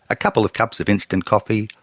a couple of cups of instant coffee,